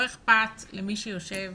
לא אכפת למי שיושב